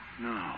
No